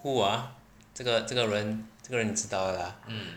who ah 这个这个人这个人你知道的啦